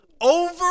over